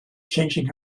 changing